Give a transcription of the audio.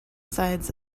sides